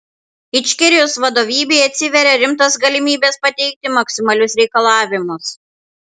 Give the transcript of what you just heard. ičkerijos vadovybei atsiveria rimtos galimybės pateikti maksimalius reikalavimus